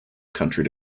country